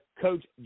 Coach